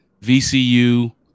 vcu